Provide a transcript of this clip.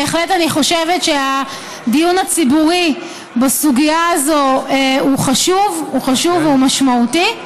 בהחלט אני חושבת שהדיון הציבורי בסוגיה הזו הוא חשוב והוא משמעותי,